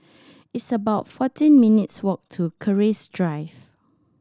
it's about fourteen minutes' walk to Keris Drive